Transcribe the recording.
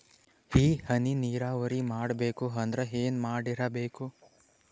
ಈ ಹನಿ ನೀರಾವರಿ ಮಾಡಬೇಕು ಅಂದ್ರ ಏನ್ ಮಾಡಿರಬೇಕು?